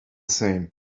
same